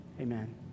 amen